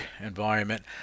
environment